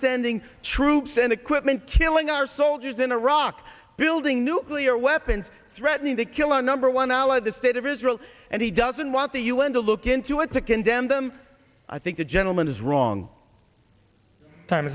sending troops and equipment killing our soldiers in iraq building nuclear weapons threatening to kill our number one ally the state of israel and he doesn't want the un to look into it to condemn them i think the gentleman is wrong t